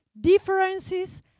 Differences